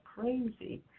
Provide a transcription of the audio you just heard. crazy